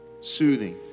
soothing